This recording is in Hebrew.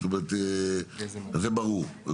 זאת אומרת, זה ברור.